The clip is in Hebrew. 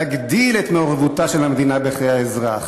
להגדיל את מעורבותה של המדינה בחיי האזרח,